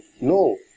No